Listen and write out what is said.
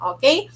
Okay